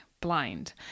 blind